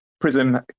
Prism